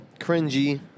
Cringy